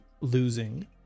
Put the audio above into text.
losing